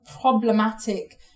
problematic